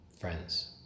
friends